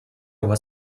was